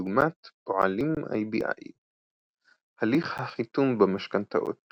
כדוגמת פועלים IBI. הליך החיתום במשכנתאות